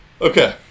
okay